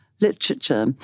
literature